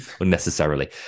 unnecessarily